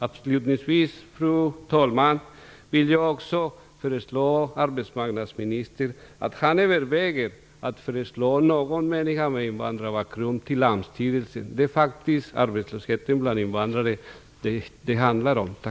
Avslutningsvis, fru talman, vill jag föreslå arbetsmarknadsministern att överväga att föreslå någon med invandrarbakgrund till AMS styrelse. Det är faktiskt arbetslösheten bland invandrare det handlar om.